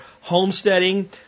homesteading